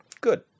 good